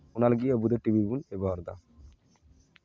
ᱚᱱᱟ ᱞᱟᱹᱜᱤᱫ ᱟᱵᱚ ᱫᱚ ᱴᱤᱵᱷᱤ ᱵᱚᱱ ᱵᱮᱵᱚᱦᱟᱨ ᱮᱫᱟ